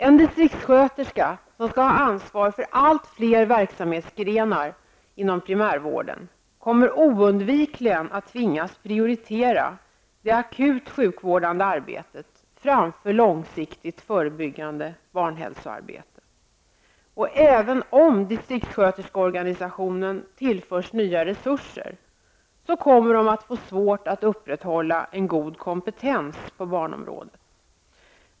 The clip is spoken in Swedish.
En distriktssköterska, som skall ha ansvar för allt fler verksamhetsgrenar inom primärvården, kommer oundvikligen att tvingas prioritera det akut sjukvårdande arbetet framför långsiktigt förebyggande barnhälsoarbete. Även om distriktssköterskeorganisationen tillförs nya resurser, kommer distriktssköterskorna att få svårt att upprätthålla en god kompetens på barnområdet.